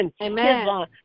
Amen